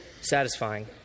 satisfying